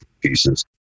pieces